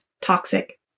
toxic